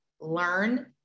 learn